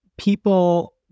people